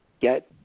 get